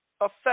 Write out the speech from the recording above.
affect